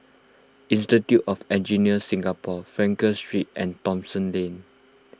Institute of Engineers Singapore Frankel Street and Thomson Lane